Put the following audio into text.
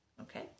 Okay